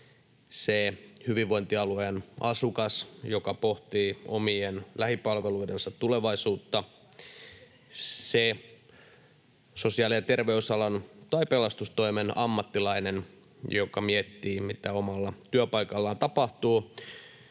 se hyvinvointialueen asukas, joka pohtii omien lähipalveluidensa tulevaisuutta, se sosiaali- ja terveysalan tai pelastustoimen ammattilainen, joka miettii, mitä omalla työpaikallaan tapahtuu